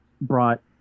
brought